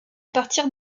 partir